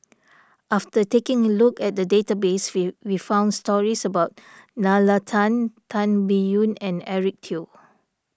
after taking a look at the database we found stories about Nalla Tan Tan Biyun and Eric Teo